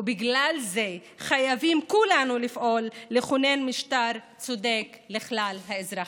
ובגלל זה חייבים כולנו לפעול לכונן משטר צודק לכלל האזרחים.